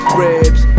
ribs